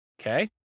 Okay